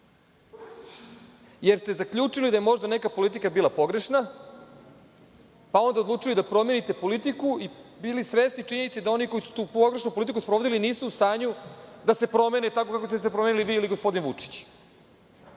Jer ste zaključili da je možda neka politika bila pogrešna, pa onda odlučili da promenite politiku i bili svesni činjenice da, oni koji su tu pogrešnu politiku sprovodili, nisu u stanju da se promene, tako kako ste se promenili vi ili gospodin Vučić,